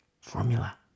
Formula